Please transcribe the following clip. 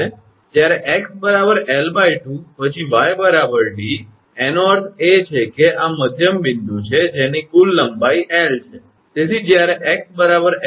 જ્યારે 𝑥 𝐿2 પછી 𝑦 𝑑 એનો અર્થ એ કે આ મધ્યમબિંદુ છે જેની કુલ લંબાઈ 𝐿 છે